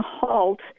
halt